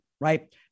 right